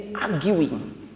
arguing